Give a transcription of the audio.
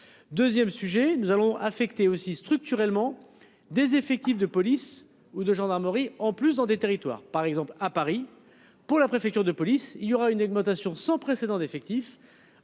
2ème. Sujet, nous allons affecter aussi structurellement des effectifs de police ou de gendarmerie en plus dans des territoires par exemple à Paris pour la préfecture de police, il y aura une augmentation sans précédent d'effectifs.